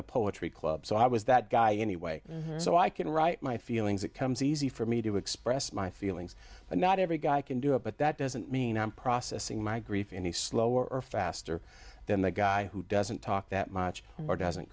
the poetry club so i was that guy anyway so i can write my feelings it comes easy for me to express my feelings but not every guy can do it but that doesn't mean i'm processing my grief any slower or faster than the guy who doesn't talk that much or doesn't